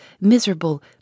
miserable